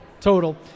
Total